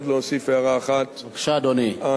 רק להוסיף הערה אחת הנוגעת,